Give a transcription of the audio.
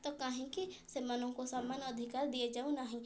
ତ କାହିଁକି ସେମାନଙ୍କୁ ସମାନ ଅଧିକାର ଦିଆଯାଉନାହିଁ